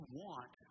want